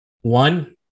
One